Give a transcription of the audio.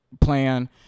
plan